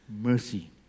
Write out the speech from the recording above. mercy